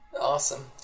Awesome